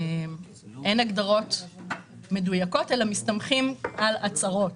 אין הגדרות מדויקות ומסתמכים על הצהרות.